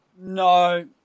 No